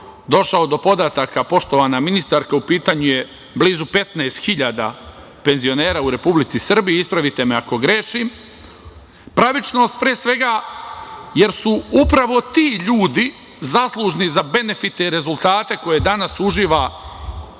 došao do podataka, poštovana ministarko, u pitanju je blizu 15.000 penzionera u Republici Srbiji, ispravite me ako grešim. Pravičnost, pre svega, jer su upravo ti ljudi zaslužni za benefite i rezultate koje danas uživa